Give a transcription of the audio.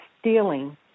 stealing